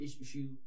issue